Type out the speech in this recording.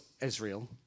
Israel